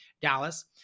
Dallas